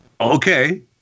okay